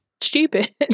stupid